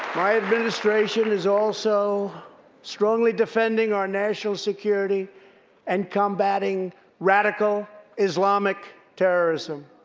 my administration is also strongly defending our national security and combating radical islamic terrorism.